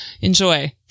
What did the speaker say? enjoy